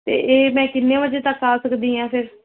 ਅਤੇ ਇਹ ਮੈਂ ਕਿੰਨੇ ਵਜੇ ਤੱਕ ਆ ਸਕਦੀ ਹਾਂ ਫਿਰ